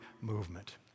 movement